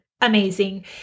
amazing